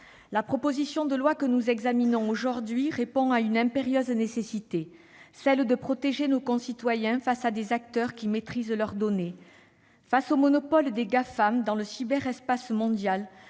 La proposition de loi que nous examinons répond à une impérieuse nécessité, celle de protéger nos concitoyens vis-à-vis d'acteurs qui maîtrisent leurs données. Face au monopole des Gafam dans le cyberespace mondial,